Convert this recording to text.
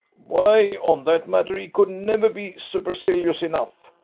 why, on that matter he could never be supercilious enough.